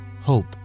hope